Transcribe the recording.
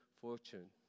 fortune